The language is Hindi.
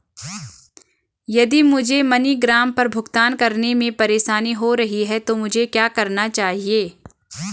यदि मुझे मनीग्राम पर भुगतान करने में परेशानी हो रही है तो मुझे क्या करना चाहिए?